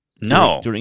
No